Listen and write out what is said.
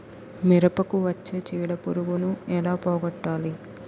మిరపకు వచ్చే చిడపురుగును ఏల పోగొట్టాలి?